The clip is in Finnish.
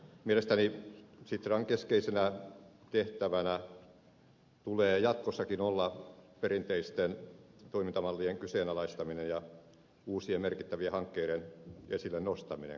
mielestäni sitran keskeisenä tehtävänä tulee jatkossakin olla perinteisten toimintamallien kyseenalaistaminen ja uusien merkittävien hankkeiden esille nostaminen kuten ed